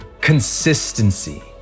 Consistency